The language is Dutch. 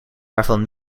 waarvan